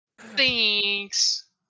Thanks